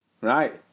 Right